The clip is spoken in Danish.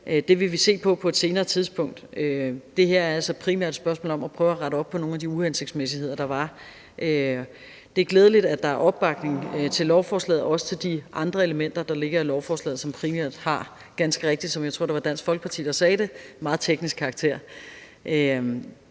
Det vil vi se på på et senere tidspunkt. Det her er altså primært et spørgsmål om at prøve at rette op på nogle af de uhensigtsmæssigheder, der var. Det er glædeligt, at der er opbakning til lovforslaget og også til de andre elementer, der ligger i lovforslaget, som primært har – som jeg tror det var Dansk Folkeparti, der ganske rigtigt sagde det – meget teknisk karakter.